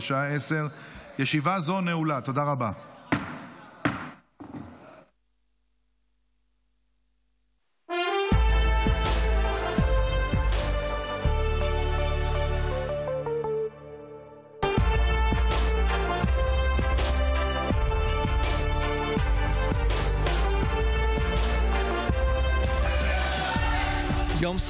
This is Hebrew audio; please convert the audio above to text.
בשעה 10:00.